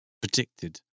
predicted